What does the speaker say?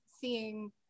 seeing